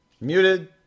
Muted